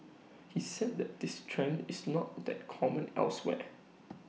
he said that this trend is not that common elsewhere